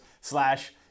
slash